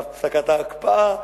בהפסקת ההקפאה,